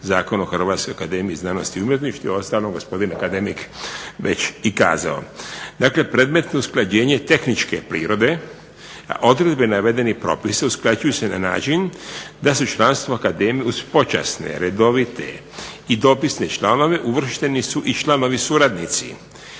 Zakona o Hrvatska akademija za znanost i umjetnosti uostalom što je gospodin akademik već i kazao. Dakle, predmetno usklađenje tehničke prirode, a odredbe i navedeni propisi usklađuju se na način da se članstvo u akademiji uz počasne, redovite i dopisne članove uvršteni su i članovi suradnici.